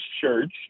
church